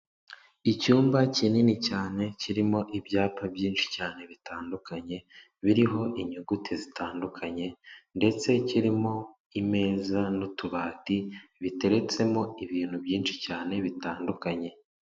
Icyumba kinini cyane kirimo ibyapa byinshi cyane bitandukanye, biriho inyuguti zitandukanye ndetse kirimo imeza n'utubati biteretsemo ibintu byinshi cyane bitandukanye.